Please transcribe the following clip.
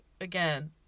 again